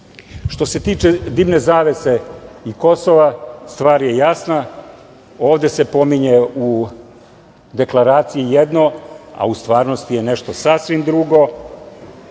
se tiče dimne zavese i Kosova, stvar je jasna, ovde se pominje u deklaraciji jedno, a u stvarnosti je nešto sasvim drugo